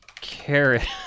carrot